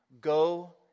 Go